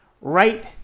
right